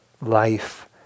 life